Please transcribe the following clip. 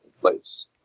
place